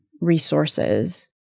resources